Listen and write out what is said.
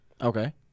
Okay